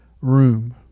room